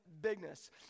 bigness